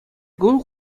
кун